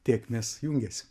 tėkmės jungiasi